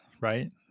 right